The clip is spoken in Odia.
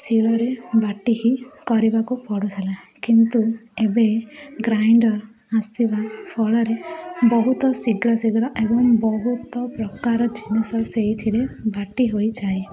ଶିଳରେ ବାଟିକି କରିବାକୁ ପଡ଼ୁଥିଲା କିନ୍ତୁ ଏବେ ଗ୍ରାଇଣ୍ଡର ଆସିବା ଫଳରେ ବହୁତ ଶୀଘ୍ର ଶୀଘ୍ର ଏବଂ ବହୁତ ପ୍ରକାର ଜିନିଷ ସେଇଥିରେ ବାଟି ହୋଇଯାଏ